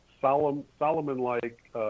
Solomon-like